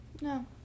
no